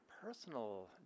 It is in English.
personal